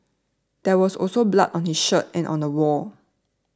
there was also blood on his shirt and on the wall